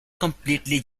completely